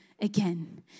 again